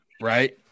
right